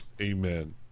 amen